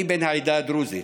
אני בן העדה הדרוזית,